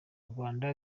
rwanda